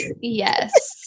Yes